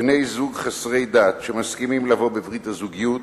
בני-זוג חסרי דת שמסכימים לבוא בברית הזוגיות